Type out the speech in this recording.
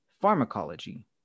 pharmacology